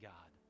God